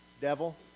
Devil